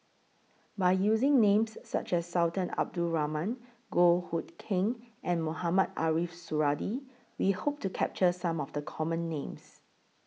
By using Names such as Sultan Abdul Rahman Goh Hood Keng and Mohamed Ariff Suradi We Hope to capture Some of The Common Names